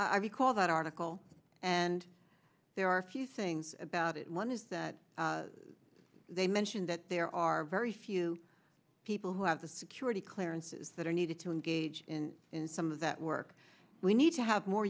i recall that article and there are a few things about it one is that they mentioned that there are very few people who have the security clearances that are needed to engage in some of that work we need to have more